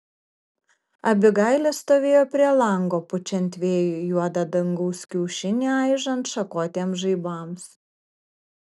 abigailė stovėjo prie lango pučiant vėjui juodą dangaus kiaušinį aižant šakotiems žaibams